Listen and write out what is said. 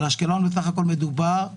באשקלון מדובר בסך הכול